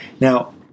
Now